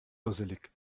dusselig